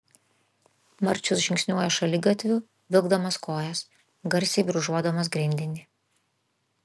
marčius žingsniuoja šaligatviu vilkdamas kojas garsiai brūžuodamas grindinį